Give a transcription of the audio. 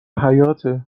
حیاطه